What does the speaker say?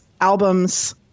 album's